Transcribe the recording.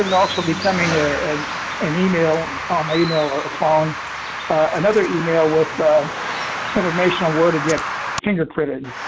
and also be coming ah and an email um you know or a phone another email with um information on where to get fingerprinted.